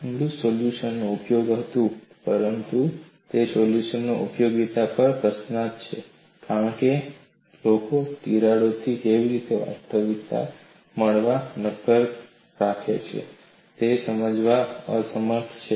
English solution ઉપયોગી હતું પરંતુ તે સોલ્યુશનની ઉપયોગિતા પર પ્રશ્નાર્થ છે કારણ કે લોકો તિરાડોથી કેવી રીતે વાસ્તવિક માળખાંને નક્કર રાખે છે તે સમજાવવામાં અસમર્થ છે